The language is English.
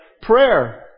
prayer